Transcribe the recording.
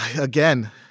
Again